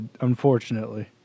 unfortunately